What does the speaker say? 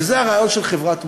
וזה הרעיון של חברת מופת,